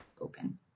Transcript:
open